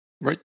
Right